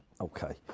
Okay